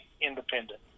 independent